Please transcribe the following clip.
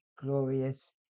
glorious